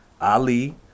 Ali